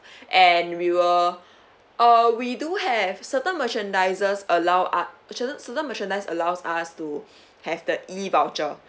and we will uh we do have certain merchandises allow us mer~ certain merchandise allows us to have the E_voucher